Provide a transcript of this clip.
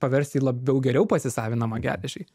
paversti į labiau geriau pasisavinamą geležį